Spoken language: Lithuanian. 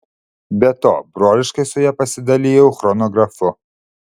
be to broliškai su ja pasidalijau chronografu